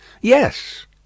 Yes